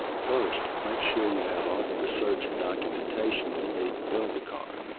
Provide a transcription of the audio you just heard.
first make sure you have all the research and documentation you'll need to build the car.